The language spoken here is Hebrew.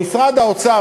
במשרד האוצר,